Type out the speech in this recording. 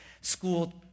school